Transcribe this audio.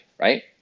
right